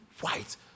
white